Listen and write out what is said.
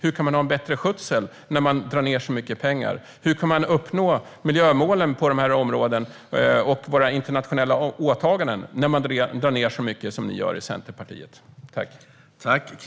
Hur kan man ha en bättre skötsel när man drar ned med så mycket pengar? Hur kan man uppnå miljömålen på dessa områden och våra internationella åtaganden när man drar ned så mycket som ni i Centerpartiet gör?